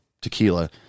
tequila